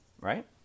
right